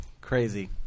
Crazy